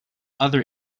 other